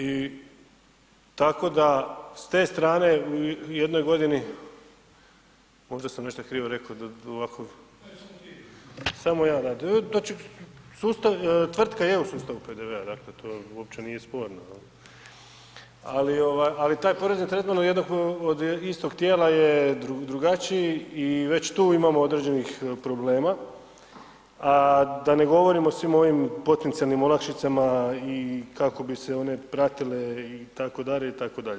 I tako da ste strane u jednoj godini, možda sam nešto krivo rekao …… [[Upadica sa strane, ne razumije se.]] Znači tvrtka j u sustavu PDV-a, dakle to uopće nije sporno ali taj porezni tretman od istog tijela je drugačiji i već tu imamo određenih problema a da ne govorimo o svim ovim potencijalnim olakšicama i kako bi se one pratila itd., itd.